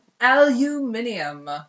Aluminium